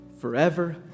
forever